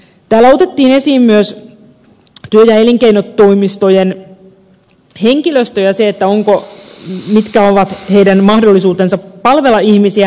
täällä otettiin esiin myös työ ja elinkeinotoimistojen henkilöstö ja se mikä on sen mahdollisuus palvella ihmisiä